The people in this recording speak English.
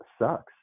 sucks